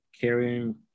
Carrying